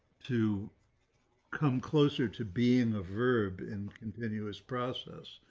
to come closer to being a verb in continuous process,